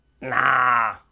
nah